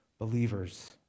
believers